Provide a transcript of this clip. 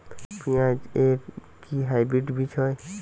পেঁয়াজ এর কি হাইব্রিড বীজ হয়?